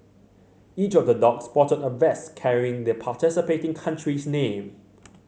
each of the dog sported a vest carrying the participating country's name